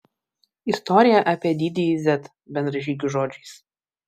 istorija apie didįjį z bendražygių žodžiais